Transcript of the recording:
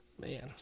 Man